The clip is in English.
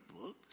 books